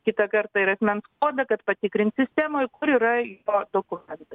kitą kartą ir asmens kodą kad patikrint sistemoj kur yra jo dokumentai